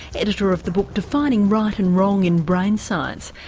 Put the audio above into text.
editor of the book defining right and wrong in brain science.